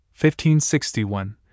1561